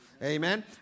Amen